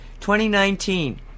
2019